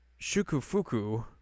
Shukufuku